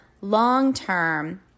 long-term